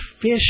fish